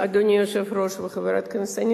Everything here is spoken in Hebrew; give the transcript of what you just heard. אדוני היושב-ראש וחברת הכנסת,